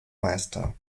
meister